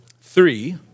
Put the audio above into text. three